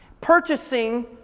purchasing